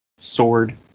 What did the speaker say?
sword